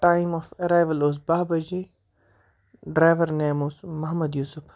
time اوس arrival اوس باہ بَجے ڈریور نیم اوس محمد یوسف